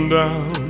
down